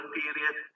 period